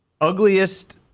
ugliest